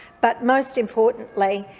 but most importantly,